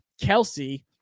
Kelsey